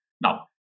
Now